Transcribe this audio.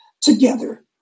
together